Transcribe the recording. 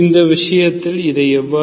இந்த விஷயத்தில் இதை எவ்வாறு செய்வது